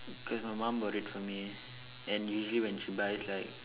because my mum bought it for me and usually when she buys like